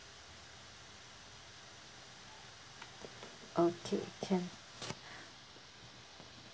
okay can